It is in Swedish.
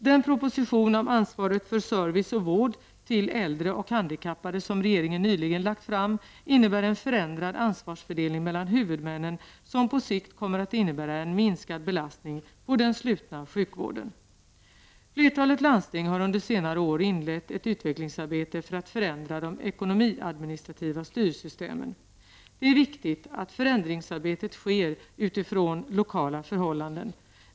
Den proposition om ansvaret för service och vård till äldre och handikappade som regeringen nyligen lagt fram innebär en förändrad ansvarsfördelning mellan huvudmännen, som på sikt kommer att innebära en minskad belastning på den slutna sjukvården. Flertalet landsting har under senare år inlett ett utvecklingsarbete för att förändra de ekonomiadministrativa styrsystemen. Det är viktgt att förändringsarbetet sker utifrån lokala förhållanden.